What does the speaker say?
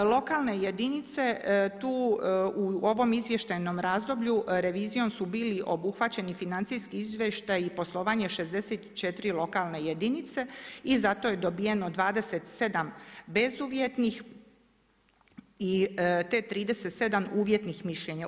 Lokalne jedinice tu u ovom izvještajnom razdoblju revizijom su bili obuhvaćeni financijski izvještaji i poslovanje 64 lokalne jedinice i zato je dobijeno 27 bezuvjetnih te 37 uvjetnih mišljenja.